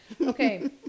Okay